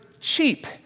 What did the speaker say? cheap